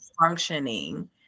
functioning